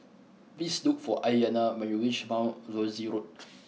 please look for Aiyana when you reach Mount Rosie Road